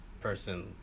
person